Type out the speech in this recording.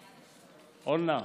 אורנה.